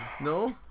No